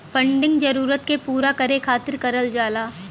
funding जरूरत के पूरा करे खातिर करल जाला